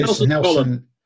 Nelson